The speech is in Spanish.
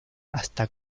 hasta